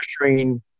pressuring